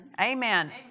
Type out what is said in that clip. Amen